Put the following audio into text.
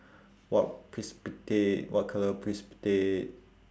what precipitate what colour precipitate